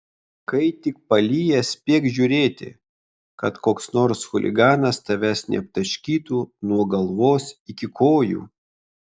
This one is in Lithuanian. kai tik palyja spėk žiūrėti kad koks nors chuliganas tavęs neaptaškytų nuo galvos iki kojų